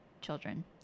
children